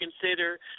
consider